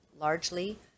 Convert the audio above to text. largely